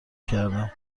کردم